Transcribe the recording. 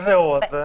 איזה אירוע זה?